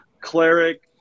cleric